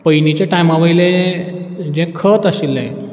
पयलींचे टायमा वयलें जें खत आशिल्लें